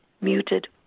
muted